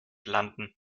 landen